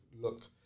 look